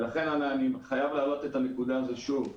לכן אני חייב להעלות את הנקודה הזאת שוב.